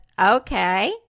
okay